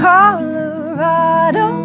Colorado